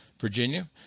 Virginia